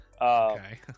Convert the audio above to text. Okay